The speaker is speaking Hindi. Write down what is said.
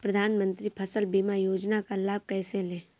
प्रधानमंत्री फसल बीमा योजना का लाभ कैसे लें?